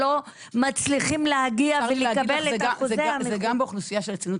הם לא יכולים --- אם יש תקציב,